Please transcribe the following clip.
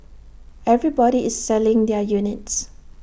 everybody is selling their units